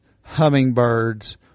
hummingbirds